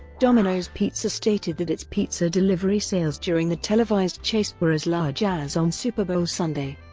domino's pizza stated that its pizza delivery sales during the televised chase were as large as on super bowl sunday.